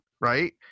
right